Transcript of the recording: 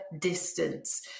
distance